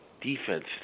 defense